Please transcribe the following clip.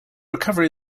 recovery